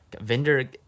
Vendor